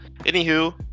Anywho